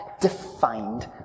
defined